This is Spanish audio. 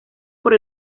por